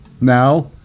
Now